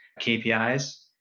KPIs